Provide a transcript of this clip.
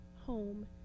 home